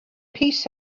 peace